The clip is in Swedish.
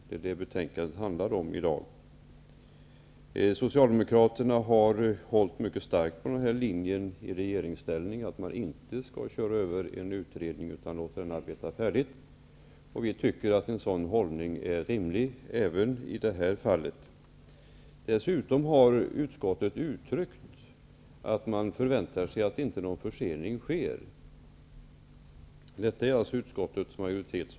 Socialdemokraterna har i regeringsställning hållit mycket starkt på linjen att man inte skall köra över en pågående utredning utan låta den arbeta färdigt. Vi tycker att en sådan hållning även i det här fallet är rimlig. Utskottet har dessutom uttryckt att man förväntar sig att någon försening inte sker. Det är uppfattningen hos utskottets majoritet.